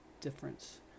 difference